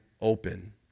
open